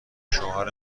شوهر